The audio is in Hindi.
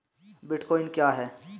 बिटकॉइन क्या है?